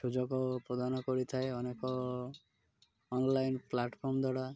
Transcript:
ସୁଯୋଗ ପ୍ରଦାନ କରିଥାଏ ଅନେକ ଅନଲାଇନ୍ ପ୍ଲାଟ୍ଫର୍ମ୍ ଦ୍ୱାରା